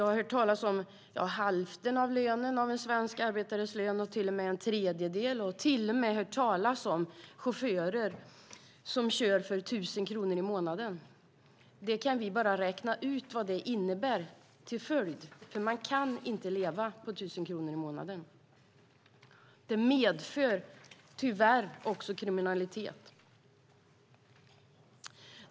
Vi har hört talas om exempel på att det kan vara hälften av en svensk arbetares lön eller till och med en tredjedel. Jag har till och med hört talas om chaufförer som kör för 1 000 kronor i månaden. Vi kan räkna ut vad det innebär. Man kan inte leva på 1 000 kronor i månaden. Det medför tyvärr också kriminalitet.